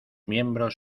miembros